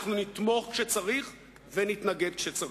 אנחנו נתמוך כשצריך ונתנגד כשצריך.